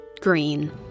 green